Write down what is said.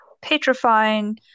petrifying